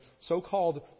so-called